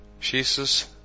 Jesus